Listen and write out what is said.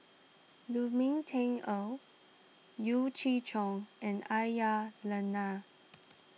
Lu Ming Teh Earl Yeo Chee Kiong and Aisyah Lyana